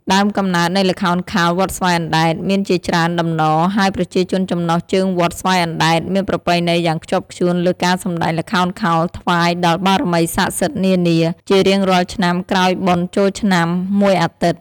ដើមកំណើតនៃល្ខោនខោលវត្តស្វាយអណ្ដែត មានជាច្រើនតំណរ ហើយប្រជាជនចំណុះជើងវត្តស្វាយអណ្ដែត មានប្រពៃណីយ៉ាងខ្ជាប់ខ្ជួនលើការសម្ដែងល្ខោនខោលថ្វាយ ដល់បារមីស័ក្ដិសិទ្ធិនានា ជារៀងរាល់ឆ្នាំក្រោយបុណ្យចូលឆ្នាំ ១អាទិត្យ។